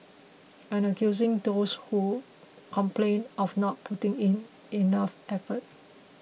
and accusing those who complained of not putting in enough effort